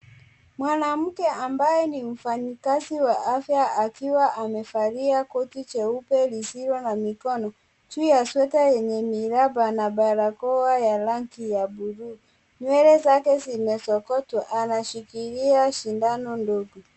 Mwanamke ambae ni mfanyikazi wa afia akiwa amevalia koti jeupe lisilo na mikono. Juu ya sweta yenye miraba na barakoa yenye miraba ya bluu. Nywele zake zimesokotwa anashikilia shindano ndogo.